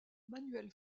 manuel